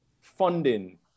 funding